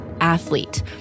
Athlete